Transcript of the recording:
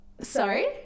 Sorry